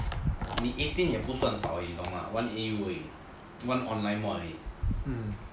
你 eighteen 也不算少你懂吗 one A_U 而已 one online mod 而已